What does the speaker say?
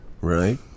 Right